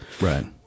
right